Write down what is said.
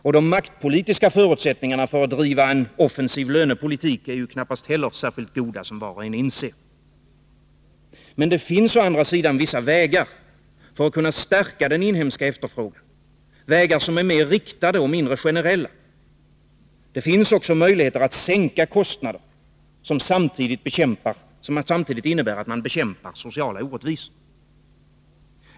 Och de maktpolitiska förutsättningarna för att driva en offensiv lönepolitik är knappast heller särskilt goda, som var och en inser. Men det finns å andra sidan vissa vägar att stärka den inhemska efterfrågan som är mer riktade och mindre generella. Det finns också möjligheter att sänka kostnader som samtidigt innebär att man bekämpar sociala orättvisor.